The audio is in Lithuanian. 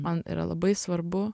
man yra labai svarbu